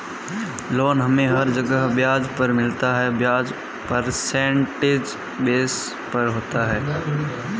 loan हमे हर जगह ब्याज पर मिलता है ब्याज परसेंटेज बेस पर होता है